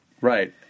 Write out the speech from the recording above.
Right